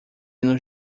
nos